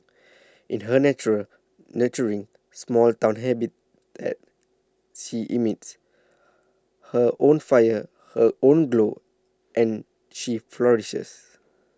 in her natural nurturing small town habitat she emits her own fire her own glow and she flourishes